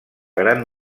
gran